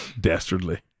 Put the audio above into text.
dastardly